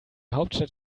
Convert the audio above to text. hauptstadt